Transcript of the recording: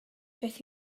beth